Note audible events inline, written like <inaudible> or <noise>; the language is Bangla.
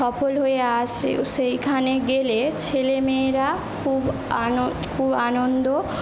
সফল হয়ে আসে ও সেইখানে গেলে ছেলেমেয়েরা খুব আন <unintelligible> খুব আনন্দ